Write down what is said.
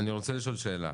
פיני אני רוצה לשאול שאלה.